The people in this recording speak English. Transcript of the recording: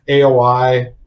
AOI